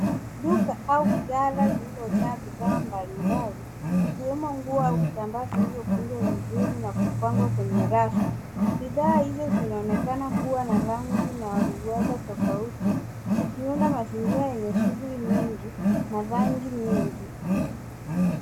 Duka au kala liliojaa bidhaa mbali mbali vikiwemo nguo au vitambaa vilivyokunjwa vizuri na kupangwa kwenye rafu. Bidhaa hizo zinaonekana kuwa na rangi na urusa tafauti zikiunda mazingira enye shughuli nyingi na rangi nyingi.